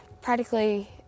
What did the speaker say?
practically